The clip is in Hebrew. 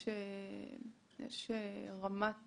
יש רמת